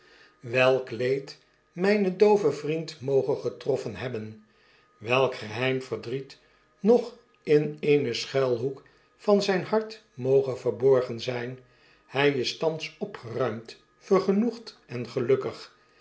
welk leed mynen dooven vriend moge getroffen hebben welk geheim verdriet nog in eenen schuilhoek van zijn hart moge verborgen zyn hy is thans opgeruimd vergenoegd en gelukkig